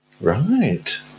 Right